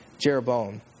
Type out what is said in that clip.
Jeroboam